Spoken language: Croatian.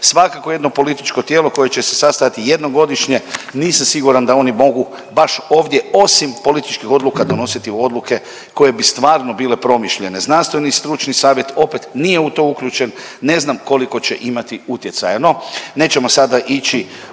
svakako jedno političko tijelo koje će se sastajati jednom godišnje nisam siguran da oni mogu baš ovdje osim političkih odluka donositi odluke koje bi stvarno bile promišljene. Znanstveni i stručni savjet nije u to uključen, ne znam koliko će imati utjecaja.